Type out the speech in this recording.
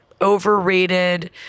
Overrated